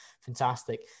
fantastic